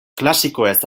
klasikoez